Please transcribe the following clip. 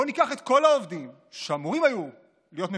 בואו ניקח את כל העובדים שהיו אמורים להיות מפוטרים,